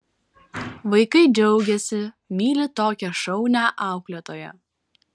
vaikai džiaugiasi myli tokią šaunią auklėtoją